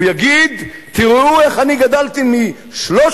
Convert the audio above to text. הוא יגיד: תראו איך אני גדלתי מ-300,000